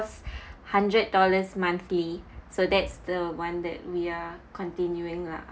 hundred dollars monthly so that's the one that we are continuing lah